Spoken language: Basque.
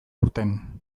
aurten